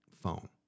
phone